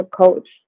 coach